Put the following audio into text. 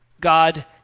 God